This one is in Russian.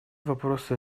вопросы